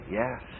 yes